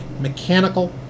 mechanical